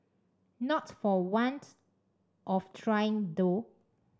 not for want of trying though